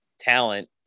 talent